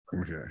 Okay